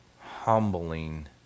humbling